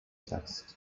test